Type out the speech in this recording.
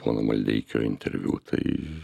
pono maldeikio interviu tai